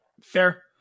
Fair